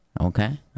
Okay